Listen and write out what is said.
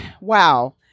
wow